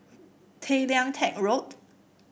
Tay Lian Teck Road